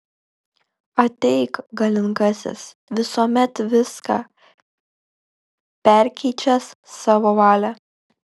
ateik galingasis visuomet viską perkeičiąs savo valia